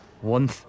One